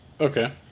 Okay